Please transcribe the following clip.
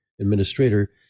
administrator